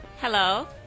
Hello